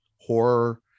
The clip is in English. horror